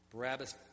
Barabbas